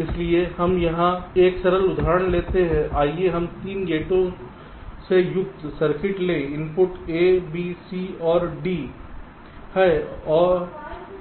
इसलिए हम यहां एक सरल उदाहरण लेते हैं आइए हम 3 गेटों से युक्त सर्किट लें इनपुट A B C और D हैं